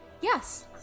Yes